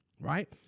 right